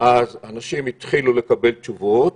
אנשים התחילו לקבל תשובות.